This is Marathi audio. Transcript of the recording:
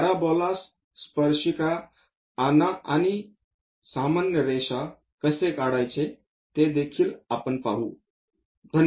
पॅराबोलास स्पर्शिका व सामान्य रेषा कसे काढायचे ते देखील आपण पाहू